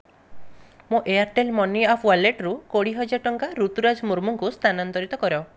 ମୋ Airtel money app ୱାଲେଟ୍ରୁ କୋଡ଼ିଏ ହଜାର ଟଙ୍କା ଋତୁରାଜ ମୁର୍ମୁଙ୍କୁ ସ୍ଥାନାନ୍ତରିତ କର